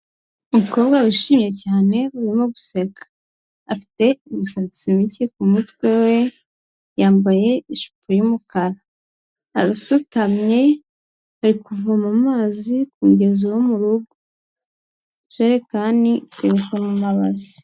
Umukobwa wishimye cyane urimo guseka, afite imisatsi mike ku mutwe we, yambaye ijipo y'umukara, arasutamye ari kuvoma amazi ku mugezi wo mu rugo, ijerekani iteretse mu mabasi.